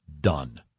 done